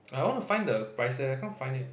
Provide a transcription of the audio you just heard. I wanna find the price leh I can't find it